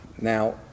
Now